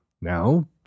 Now